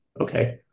Okay